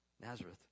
Nazareth